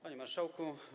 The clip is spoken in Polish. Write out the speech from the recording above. Panie Marszałku!